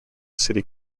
city